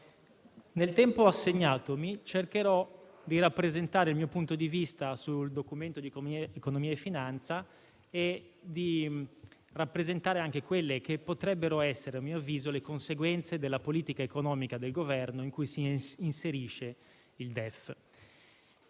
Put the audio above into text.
nel tempo assegnatomi cercherò di rappresentare il mio punto di vista sul Documento di economia e finanza e di rappresentare anche quelle che potrebbero essere, a mio avviso, le conseguenze della politica economica del Governo in cui si inserisce il DEF.